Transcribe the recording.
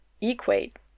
equate